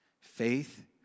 faith